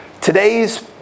today's